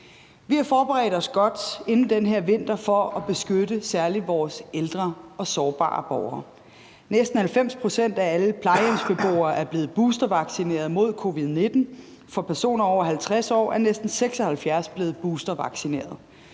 Vi har forberedt os godt inden den her vinter for at beskytte særlig vores ældre og sårbare borgere. Næsten 90 pct. af alle plejehjemsbeboere er blevet boostervaccineret mod covid-19, og for personer over 50 år er næsten 76 pct. blevet boostervaccineret.